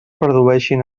produeixin